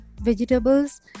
vegetables